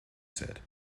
said